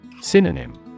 Synonym